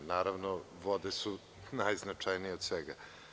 Naravno, vode su najznačajnije od svega.